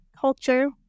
culture